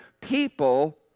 people